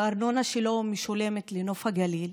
הארנונה שלו משולמת לנוף הגליל,